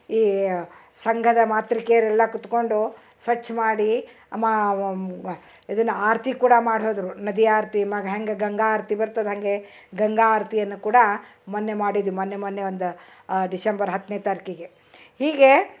ಈ ಸಂಘದ ಮಾತ್ರಿಕೆಯರೆಲ್ಲ ಕುತ್ಕೊಂಡು ಸ್ವಚ್ಛ ಮಾಡಿ ಅಮ್ಮ ಇದನ್ನ ಆರತಿ ಕೂಡ ಮಾಡಿ ಹೋದರು ನದಿ ಆರತಿ ಹೆಂಗ ಗಂಗ ಆರತಿ ಬರ್ತದು ಹಾಗೆ ಗಂಗ ಆರ್ತಿಯನ್ನ ಕೂಡಾ ಮೊನ್ನೆ ಮಾಡಿದರು ಮೊನ್ನೆ ಮೊನ್ನೆ ಒಂದು ಡಿಶೆಂಬರ್ ಹತ್ತನೇ ತಾರ್ಕಿಗೆ ಹೀಗೆ